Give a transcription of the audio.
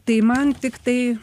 tai man tiktai